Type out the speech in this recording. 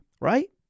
right